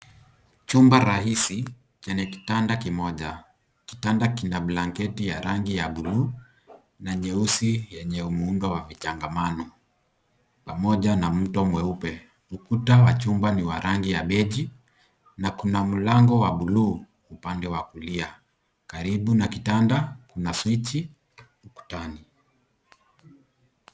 Chumba rahisi chenye kitanda kimoja, kitanda kina blanketi ya rangi ya blue na nyeusi yenye muundo ya vijangamano pamoja na mto mweupe, ukuta wa chumba ni wa rangi ya beji na Kuna mlango wa blue upande wa kulia karibu na kitanda na swichi ukutani